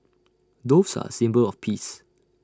doves are A symbol of peace